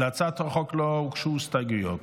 להצעת החוק לא הוגשו הסתייגויות,